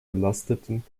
belasteten